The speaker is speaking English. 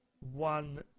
one